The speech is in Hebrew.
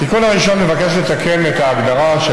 התיקון הראשון מבקש לתקן את ההגדרה של